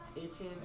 Eighteen